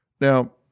Now